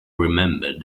remembered